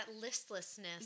listlessness